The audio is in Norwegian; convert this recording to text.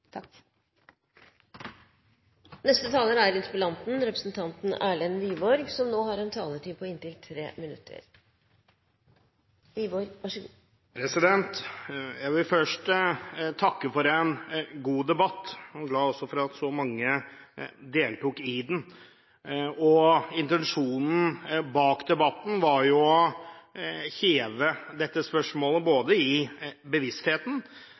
Jeg vil først takke for en god debatt. Jeg er også glad for at så mange deltok i den. Intensjonen bak debatten var både å heve dette spørsmålet i bevisstheten